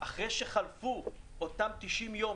אחרי שחלפו אותם 90 יום,